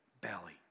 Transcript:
belly